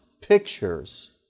pictures